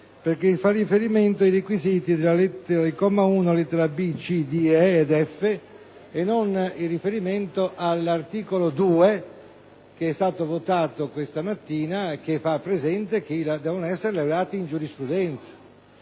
perché fa riferimento ai requisiti del comma 1, lettere *b)*, *c)*, *d), e)* ed *f)* e non all'articolo 2, che è stato votato questa mattina e che fa presente che devono essere laureati in giurisprudenza.